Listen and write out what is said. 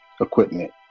equipment